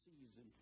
season